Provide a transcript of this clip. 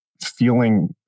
feeling